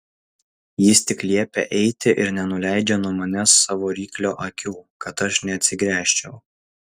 jis tik liepia eiti ir nenuleidžia nuo manęs savo ryklio akių kad aš neatsigręžčiau